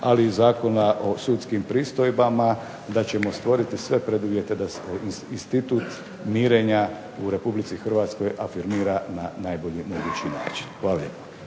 ali i Zakona o sudskim pristojbama da ćemo stvoriti sve preduvjete da se institut mirenja u Republici Hrvatskoj afirmira na najbolji mogući način. Hvala.